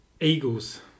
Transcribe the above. Eagles